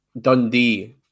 Dundee